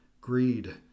greed